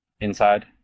inside